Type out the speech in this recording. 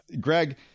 Greg